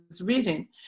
reading